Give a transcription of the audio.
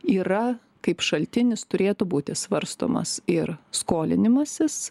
yra kaip šaltinis turėtų būti svarstomas ir skolinimasis